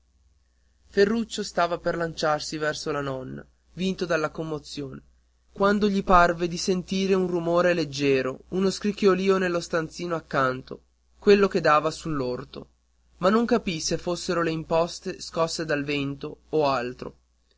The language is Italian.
ferruccio stava per lanciarsi verso la nonna vinto dalla commozione quando gli parve di sentire un rumor leggiero uno scricchiolìo nello stanzino accanto quello che dava sull'orto ma non capì se fossero le imposte scosse dal vento o altro